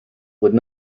would